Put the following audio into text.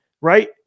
right